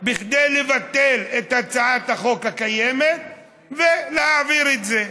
כדי לבטל את הצעת החוק הקיימת ולהעביר את זה.